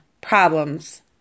problems